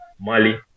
Mali